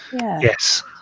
Yes